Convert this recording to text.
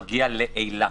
מגיע לאילת,